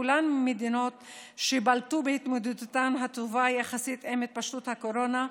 כולן מדינות שבלטו בהתמודדותן הטובה יחסית עם התפשטות הקורונה.